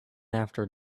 after